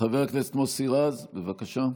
חבר הכנסת מוסי רז, בבקשה.